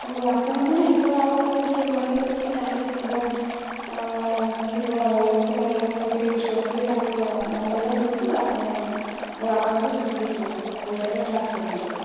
ଓହୋ ଆପଣଙ୍କ ନାଇଁ ତ ଆପଣଙ୍କର କିଏ ଘର ଲୋକ କି କାହାର ବି ଥିବ ଥିବ ସେମାନେ ଫୋନ୍ପେ ୟୁଜ୍ କରିଥିବେ ତାଙ୍କ ନମ୍ବରଟା କୁହନ୍ତୁ ଆପଣଙ୍କ ମୋ ଆକାଉଣ୍ଟରୁ ସେଠିକି ପଇସାଟା ଟ୍ରାନ୍ସଫର ହେଇଯିବ